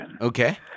Okay